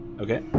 Okay